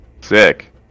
Sick